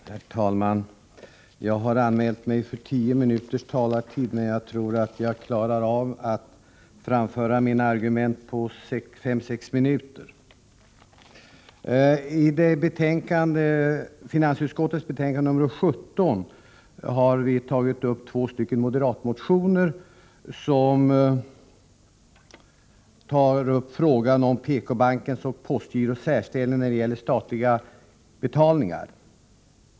Herr talman! Jag har anmält mig för tio minuters taletid, men jag tror att jag klarar av att framföra mina argument på fem sex minuter. I finansutskottets betänkande 17 behandlas två moderata motioner. De tar upp frågan om PK-bankens och postgirots särställning när det gäller statliga betalningar.